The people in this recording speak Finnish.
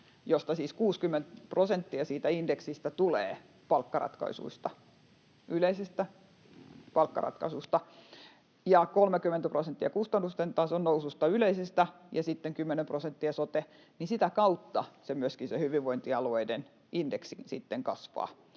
jossa siis 60 prosenttia siitä indeksistä tulee yleisistä palkkaratkaisuista ja 30 prosenttia kustannusten yleisestä tasonnoususta ja sitten 10 prosenttia sotesta, sitä kautta myöskin se hyvinvointialueiden indeksi sitten kasvaa.